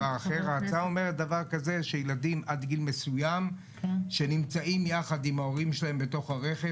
ההצעה אומרת שילדים עד גיל מסוים שנמצאים יחד עם ההורים שלהם בתוך הרכב,